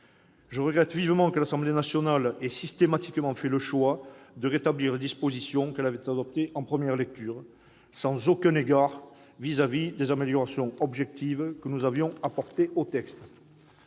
Je regrette vivement que l'Assemblée nationale ait systématiquement fait le choix de rétablir les dispositions qu'elle avait adoptées en première lecture, sans aucun égard pour les améliorations objectives que nous avions apportées au texte.